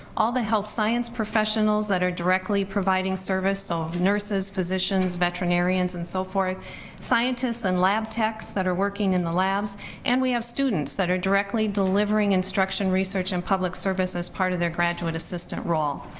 all the health science professionals that are directly providing service so nurses, physicians, veterinarians and so forth scientists and lab techs that are working in the labs and we have students that are directly delivering instruction research and public service as part of their graduate assistant role.